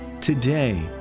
Today